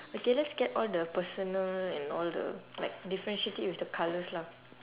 okay let's get all the personal and all the like differentiate it with the colours lah